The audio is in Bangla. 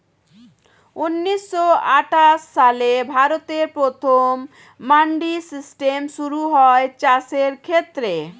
ঊন্নিশো আটাশ সালে ভারতে প্রথম মান্ডি সিস্টেম শুরু হয় চাষের ক্ষেত্রে